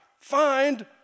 Find